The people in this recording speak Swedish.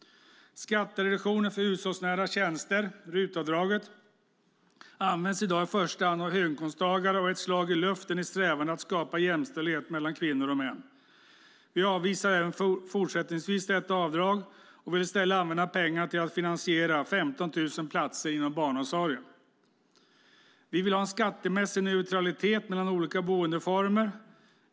Skattereduktionen för hushållsnära tjänster - RUT-avdraget - används i dag i första hand av höginkomsttagare och är ett slag i luften i strävan att skapa jämställdhet mellan kvinnor och män. Vi avvisar även fortsättningsvis detta avdrag och vill i stället använda pengarna till att finansiera 15 000 platser inom barnomsorgen. Vi vill ha en skattemässig neutralitet mellan olika boendeformer.